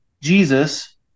Jesus